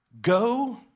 go